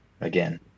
again